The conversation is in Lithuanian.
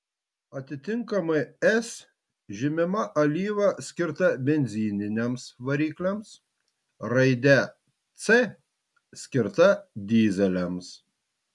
atitinkamai s žymima alyva skirta benzininiams varikliams raide c skirta dyzeliams